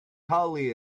tully